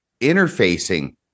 interfacing